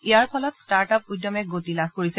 ইয়াৰ ফলত ষ্টাৰ্টআপ উদ্যমে গতি লাভ কৰিছে